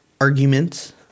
arguments